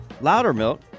Loudermilk